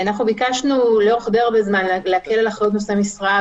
אנחנו ביקשנו לאורך הרבה זמן להקל על אחריות נושאי משרה,